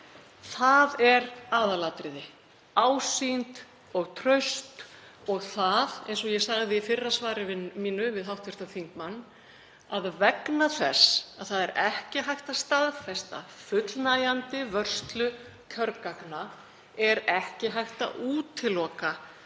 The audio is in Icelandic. Það er aðalatriði, ásýnd og traust. Og það, eins og ég sagði í fyrra svari mínu við hv. þingmann, að vegna þess að það er ekki hægt að staðfesta fullnægjandi vörslu kjörgagna er ekki hægt að útiloka að